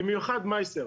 במיוחד על מייסר.